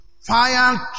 Fire